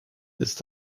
ist